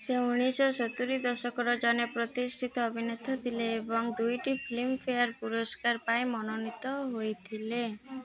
ସେ ଉଣେଇଶ ସତୁରୀ ଦଶକର ଜଣେ ପ୍ରତିଷ୍ଠିତ ଅଭିନେତା ଥିଲେ ଏବଂ ଦୁଇଟି ଫିଲ୍ମଫେୟାର ପୁରସ୍କାର ପାଇଁ ମନୋନୀତ ହୋଇଥିଲେ